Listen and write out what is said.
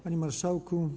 Panie Marszałku!